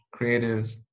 creatives